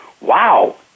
wow